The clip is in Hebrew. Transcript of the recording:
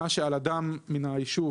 מה שעל אדם מהיישוב,